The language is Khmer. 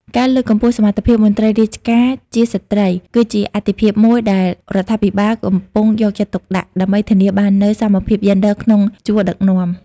ការលើកកម្ពស់សមត្ថភាពមន្ត្រីរាជការជាស្ត្រី គឺជាអាទិភាពមួយដែលរដ្ឋាភិបាលកំពុងយកចិត្តទុកដាក់ ដើម្បីធានាបាននូវសមភាពយេនឌ័រក្នុងជួរដឹកនាំ។